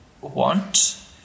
want